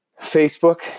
Facebook